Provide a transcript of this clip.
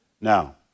Now